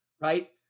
Right